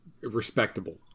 respectable